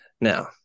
Now